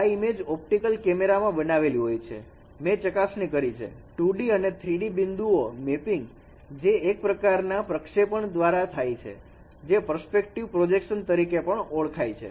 આ image optical કેમેરામાં બનાવેલી હોય છે મેં ચકાસણી કરી છે 2D અને 3D બિંદુઓ મેપિંગ જે એક પ્રકારના પ્રક્ષેપણ દ્વારા થાય છે જે પરસ્પેકસ્ટીવ પ્રોજેક્શન તરીકે પણ ઓળખાય છે